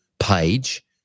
page